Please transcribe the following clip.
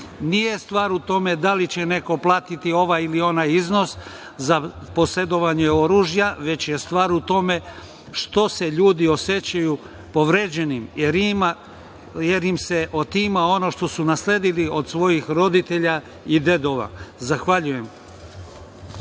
Nije stvar u tome da li će neko platiti ovaj ili onaj iznos za posedovanje oružja, već je stvar u tome što se ljudi osećaju povređenim jer im se otima ono što su nasledili od svojih roditelja i dedova. Zahvaljujem.